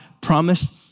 promised